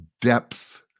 depth